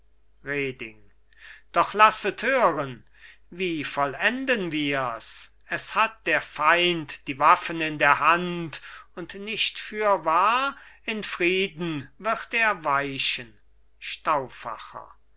doch lasset hören wie vollenden wir's es hat der feind die waffen in der hand und nicht fürwahr in frieden wird er weichen